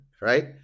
right